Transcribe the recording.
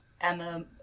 Emma